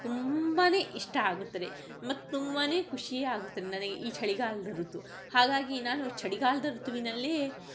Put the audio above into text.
ತುಂಬ ಇಷ್ಟ ಆಗುತ್ತದೆ ಮತ್ತು ತುಂಬಾ ಖುಷಿ ಆಗುತ್ತದೆ ನನಗೆ ಈ ಚಳಿಗಾಲದ ಋತು ಹಾಗಾಗಿ ನಾನು ಚಳಿಗಾಲದ ಋತುವಿನಲ್ಲೇ